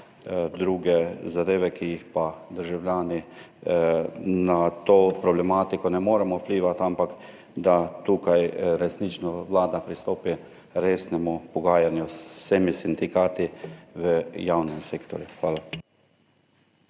druge zadeve, na katere pa državljani, na to problematiko, ne moremo vplivati. Resnično naj tukaj vlada pristopi k resnemu pogajanju z vsemi sindikati v javnem sektorju. Hvala.